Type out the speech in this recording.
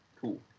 Cool